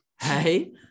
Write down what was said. Hey